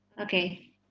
Okay